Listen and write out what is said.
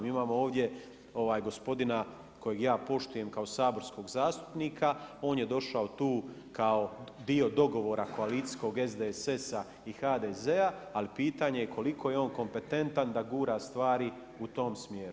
Mi imamo ovdje gospodina kojeg ja poštujem kao saborskog zastupnika, on je došao tu kao dio dogovora koalicijskog SDSS-a i HDZ-a ali pitanje je koliko je on kompetentan da gura stvari u tom smjeru.